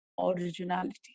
originality